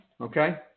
Okay